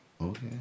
Okay